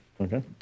Okay